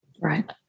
right